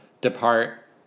depart